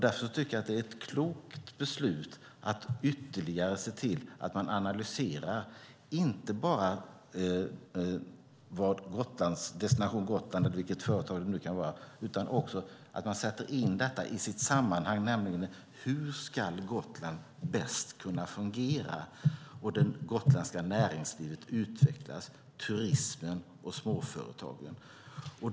Därför tycker jag att det är ett klokt beslut att inte bara ytterligare analysera Destination Gotland - eller vilket företag det kan handla om - utan också sätta in det hela i sitt sammanhang: Hur ska Gotland bäst kunna fungera och det gotländska näringslivet kunna utvecklas, med turismen och småföretagen?